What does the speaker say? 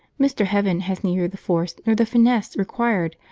mr. heaven has neither the force nor the finesse required,